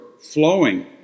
flowing